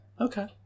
Okay